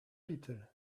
little